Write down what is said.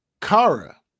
Kara